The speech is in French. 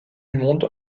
monde